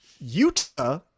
Utah